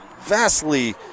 vastly